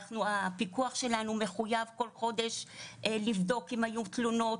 הפיקוח שלנו מחויב בכל חודש לבדוק אם היו תלונות,